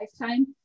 lifetime